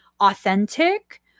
authentic